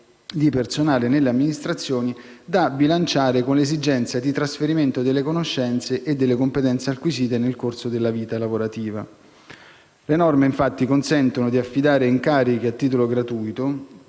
di personale nelle amministrazioni, da bilanciare con le esigenze di trasferimento delle conoscenze e delle competenze acquisite nel corso della vita lavorativa. Le norme infatti consentono di affidare incarichi a titolo gratuito